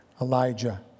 Elijah